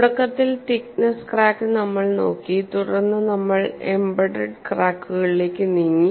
തുടക്കത്തിൽ thickness crack നമ്മൾ നോക്കി തുടർന്ന് നമ്മൾ എംബെഡഡ് ക്രാക്കുകളിലേക്ക് നീങ്ങി